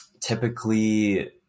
typically